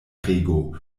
rego